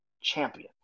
champion